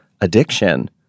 addiction